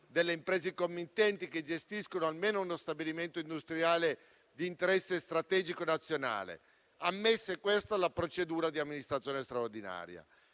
delle imprese committenti che gestiscono almeno uno stabilimento industriale di interesse strategico nazionale, ammesse, queste, alla procedura di amministrazione straordinaria.